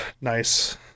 nice